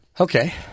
Okay